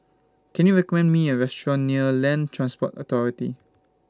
Can YOU recommend Me A Restaurant near Land Transport Authority